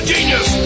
genius